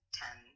ten